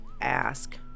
ask